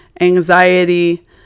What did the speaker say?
anxiety